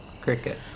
Cricket